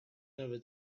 never